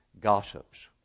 gossips